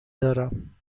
دارم